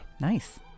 Nice